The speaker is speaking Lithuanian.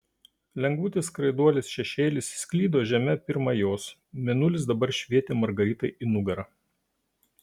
lengvutis skraiduolės šešėlis slydo žeme pirma jos mėnulis dabar švietė margaritai į nugarą